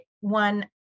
One